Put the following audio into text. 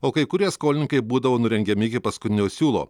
o kai kurie skolininkai būdavo nurengiami iki paskutinio siūlo